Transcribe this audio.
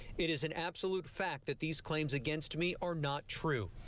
it is an absolute fact that these claims against me are not true.